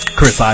Chris